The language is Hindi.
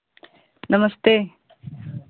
नमस्ते